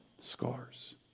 scars